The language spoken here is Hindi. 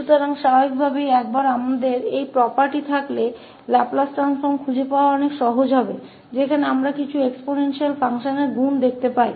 इसलिए स्वाभाविक रूप से एक बार हमारे पास यह संपत्ति हो जाने के बाद लैपलेस ट्रांसफॉर्म को ढूंढना बहुत आसान हो जाएगा जहां हम कुछ exponential फ़ंक्शन के multiplication को देखते हैं